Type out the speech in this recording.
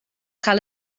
cael